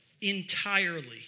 entirely